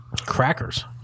Crackers